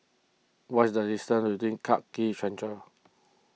what is the distance to Clarke Quay Central